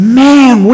man